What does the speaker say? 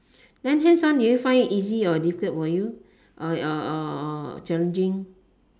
then hands on do you find it easy or difficult for you or or or challenging